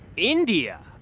india!